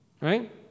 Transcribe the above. right